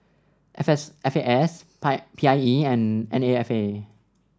F S F A S pie P I E and N A F A